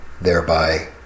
thereby